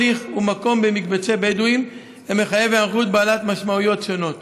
הליך במקבצי בדואים המחייב היערכות בעלת משמעויות שונות.